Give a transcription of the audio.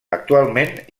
actualment